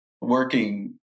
working